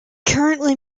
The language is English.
currently